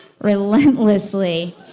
relentlessly